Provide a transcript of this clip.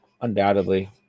undoubtedly